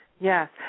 Yes